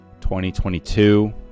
2022